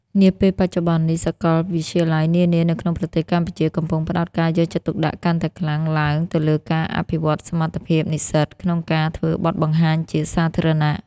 នាពេលបច្ចុប្បន្ននេះ សាកលវិទ្យាល័យនានានៅក្នុងប្រទេសកម្ពុជាកំពុងផ្តោតការយកចិត្តទុកដាក់កាន់តែខ្លាំងឡើងទៅលើការអភិវឌ្ឍសមត្ថភាពនិស្សិតក្នុងការធ្វើបទបង្ហាញជាសាធារណៈ។